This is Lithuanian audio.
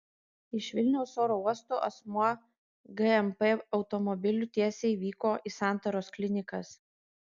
iš vilniaus oro uosto asmuo gmp automobiliu tiesiai vyko į santaros klinikas